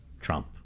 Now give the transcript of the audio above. Trump